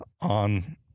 on